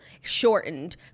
shortened